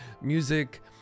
music